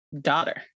daughter